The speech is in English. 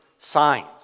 signs